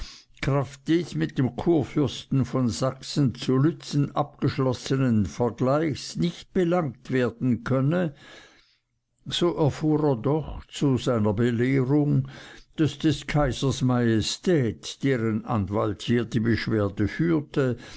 kraft des mit dem kurfürsten von sachsen zu lützen abgeschlossenen vergleichs nicht belangt werden könne so erfuhr er doch zu seiner belehrung daß des kaisers majestät deren anwalt hier die beschwerde führe